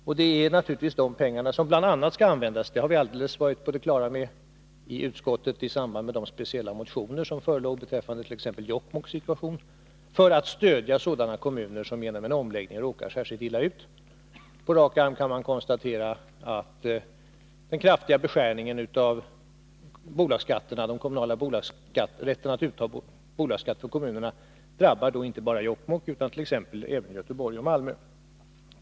De pengarna skall användas — det har vi i utskottet varit alldeles på det klara med i samband med behandlingen av de speciella motioner som förelåg beträffande t.ex. Jokkmokks situation — för att stödja sådana kommuner som genom en omläggning råkar särskilt illa ut. På rak arm kan man konstatera att den kraftiga beskärningen av rätten för kommunerna att utta bolagsskatt drabbar inte bara Jokkmokk utan även t.ex. Göteborg och Malmö.